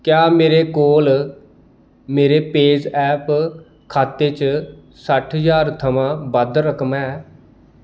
क्या मेरे कोल मेरे पेज ऐप खाते च सट्ठ ज्हार थमां बद्ध रकम ऐ